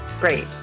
great